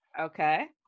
okay